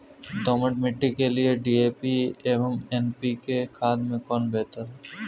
दोमट मिट्टी के लिए डी.ए.पी एवं एन.पी.के खाद में कौन बेहतर है?